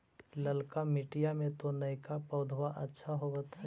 ललका मिटीया मे तो नयका पौधबा अच्छा होबत?